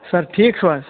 سَر ٹھیٖک چھو حظ